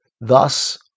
Thus